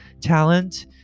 talent